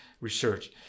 research